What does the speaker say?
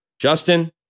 Justin